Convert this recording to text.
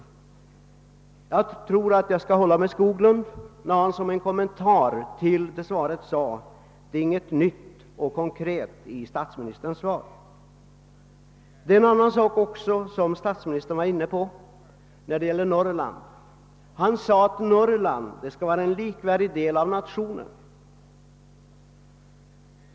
Jag vill för min del instämma i herr Skoglunds kommentar till statsministerns svar att detta inte innehöll något nytt och konkret. Statsministern sade vidare att Norrland skall vara likvärdigt med nationen i övrigt.